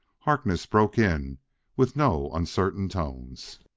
harkness broke in with no uncertain tones.